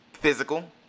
physical